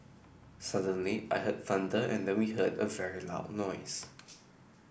suddenly I heard thunder and then we heard a very loud noise